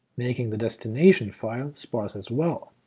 making the destination file sparse as well.